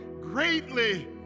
greatly